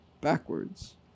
backwards